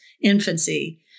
infancy